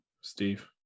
Steve